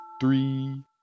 three